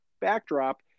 backdrop